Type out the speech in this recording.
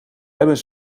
hebben